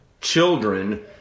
children